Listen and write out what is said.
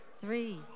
three